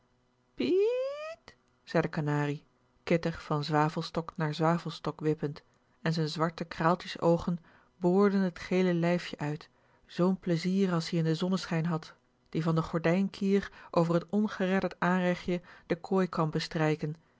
zei de kanarie kittig van zwavelstok naar zwavelstok wippend en z'n zwarte kraaltjes oogen boorden t gele lijfje uit zoo'n plezier als-ie in den zonneschijn had die van den gordijnkier over t ongeredderd aanrechtje de kooi kwam bestrijken